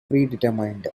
predetermined